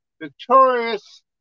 victorious